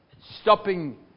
stopping